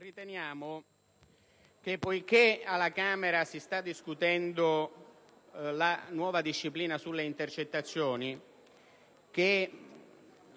Presidente, poiché alla Camera si sta discutendo la nuova disciplina sulle intercettazioni, che